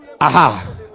Aha